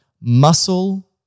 Muscle